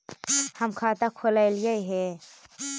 हम खाता खोलैलिये हे?